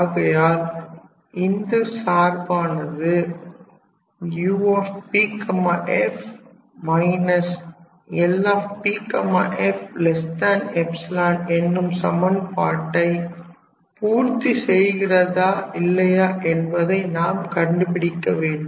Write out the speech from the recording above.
ஆகையால் இந்த சார்பானது 𝑈𝑃𝑓−𝐿𝑃𝑓 என்னும் சமன்பாட்டை பூர்த்தி செய்கிறதா இல்லையா என்பதை நாம் கண்டுபிடிக்க வேண்டும்